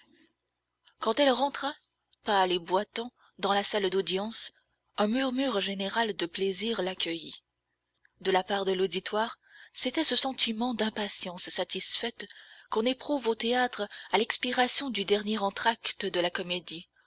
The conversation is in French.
quand elle rentra pâle et boitant dans la salle d'audience un murmure général de plaisir l'accueillit de la part de l'auditoire c'était ce sentiment d'impatience satisfaite qu'on éprouve au théâtre à l'expiration du dernier entracte de la comédie